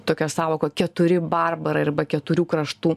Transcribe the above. tokia sąvoka keturi barbarai arba keturių kraštų